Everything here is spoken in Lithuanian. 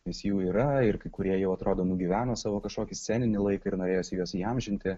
nes jų yra ir kai kurie jau atrodo nugyveno savo kažkokį sceninį laiką ir norėjosi juos įamžinti